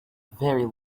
very